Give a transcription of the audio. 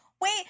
Wait